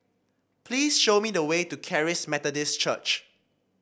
please show me the way to Charis Methodist Church